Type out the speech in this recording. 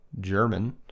German